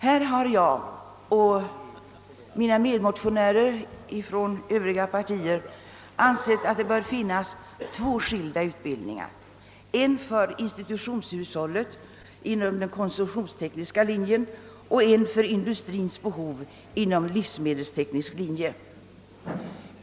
Här har jag och mina medmotionärer från övriga demokratiska partier ansett att det bör finnas två skilda utbildningar, en för institutionshushållet inom den konsumtionstekniska linjen och en för industrins behov inom den livsmedelstekniska linjen.